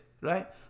right